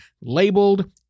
labeled